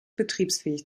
betriebsfähig